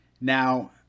Now